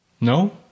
No